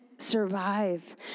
survive